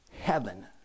heaven